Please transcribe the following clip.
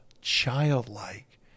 childlike